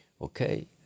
Okay